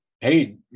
Hey